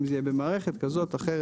אם זה יהיה במערכת כזו או אחרת.